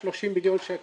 230 מיליון שקל,